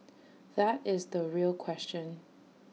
that is the real question